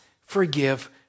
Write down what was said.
forgive